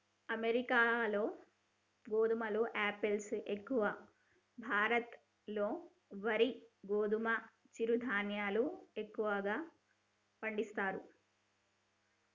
అమెరికాలో గోధుమలు ఆపిల్స్ ఎక్కువ, భారత్ లో వరి గోధుమ చిరు ధాన్యాలు ఎక్కువ పండిస్తారు